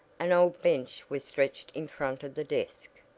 an old bench was stretched in front of the desk.